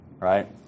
right